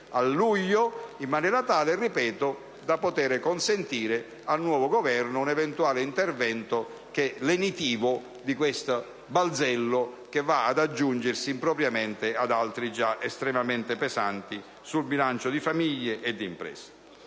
a luglio, in maniera, ripeto, tale da consentire al nuovo Governo di adottare un eventuale intervento lenitivo di questo balzello, che va ad aggiungersi impropriamente ad altri già estremamente pesanti sul bilancio di famiglie e imprese.